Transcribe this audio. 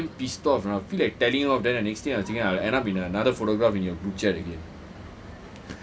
I tell you I was so damn pissed off ah I feel like telling off then the next thing I was thinking I end up in another photograph in your group chat again